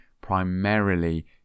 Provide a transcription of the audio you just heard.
primarily